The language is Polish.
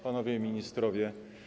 Panowie Ministrowie!